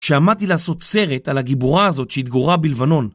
כשעמדתי לעשות סרט על הגיבורה הזאת שהתגוררה בלבנון.